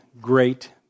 great